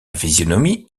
physionomie